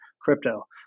crypto